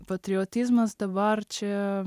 patriotizmas dabar čia